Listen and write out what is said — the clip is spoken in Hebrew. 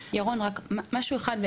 ירון, רק משהו אחד.